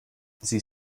sie